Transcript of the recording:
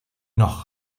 noch